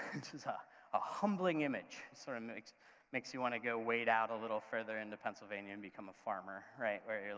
it's it's ah a humbling image, sort of makes makes you want to go wade out a little further into pennsylvania and become a farmer, right,